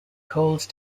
cold